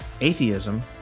atheism